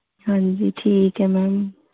ਹਾਂਜੀ ਠੀਕ ਹੈ ਮੈਮ